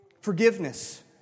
forgiveness